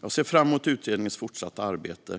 Jag ser fram emot utredningens fortsatta arbete.